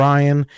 Ryan